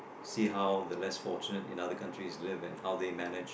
see how the less fortunate in other countries live and how they manage